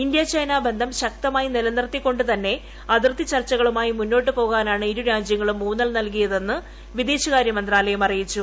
India China ബന്ധം ശക്തമായി നിലനിർത്തിക്കൊണ്ടുതന്നെ അതിർത്തി ചർച്ചകളുമായി മുന്നോട്ടു പോകാനാണ് ഇരു രാജ്യങ്ങളും ഊന്നൽ നില്കിയതെന്ന് വിദേശകാര്യ മന്ത്രാലയം അറിയിച്ചു